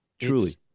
truly